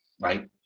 right